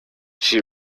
she